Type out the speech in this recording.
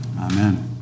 Amen